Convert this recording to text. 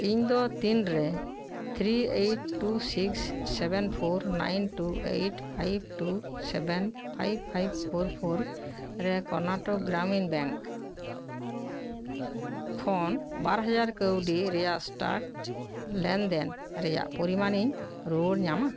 ᱤᱧᱫᱚ ᱛᱤᱱᱨᱮ three eight two six seven four nine two eight five two seven five five four four ᱨᱮ Karnataka Gramin bank ᱠᱷᱚᱱ ᱵᱟᱨ ᱦᱟᱡᱟᱨ ᱠᱟᱣᱰᱤ ᱨᱮᱱᱟᱜ ᱥᱴᱟᱠ ᱞᱮᱱᱫᱮᱱ ᱨᱮᱱᱟᱜ ᱯᱚᱨᱤᱢᱟᱱᱤᱧ ᱨᱩᱣᱟᱹᱲ ᱧᱟᱢᱟ